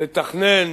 לתכנן